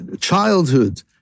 childhood